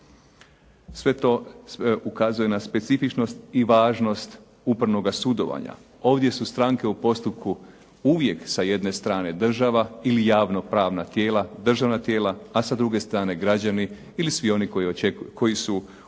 Sve to ukazuje na specifičnost i važnost upravnoga sudovanja. Ovdje su stranke u postupku uvijek sa jedne strane država ili javno pravna tijela, državna tijela, a sa druge strane građani ili svi oni koji su u nekom